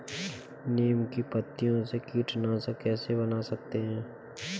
नीम की पत्तियों से कीटनाशक कैसे बना सकते हैं?